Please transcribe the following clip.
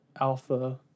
alpha